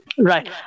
Right